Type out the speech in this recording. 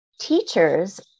Teachers